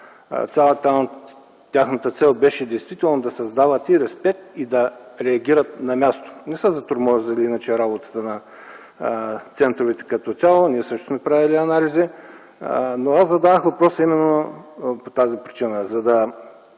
действително да създават и респект, и да реагират на място. Не са затормозили иначе работата на центровете като цяло. Ние също сме правили анализи. Аз зададох въпроса именно по тази причина,